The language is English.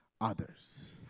others